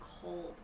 cold